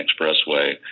expressway